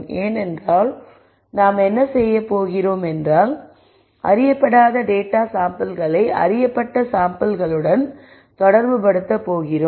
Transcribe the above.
ஏனென்றால் நாம் என்ன செய்யப் போகிறோம் என்றால் அறியப்படாத டேட்டா மாதிரிகளை அறியப்பட்ட மாதிரிகளுடன் தொடர்புபடுத்தப் போகிறோம்